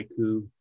haiku